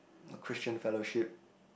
Christian fellowship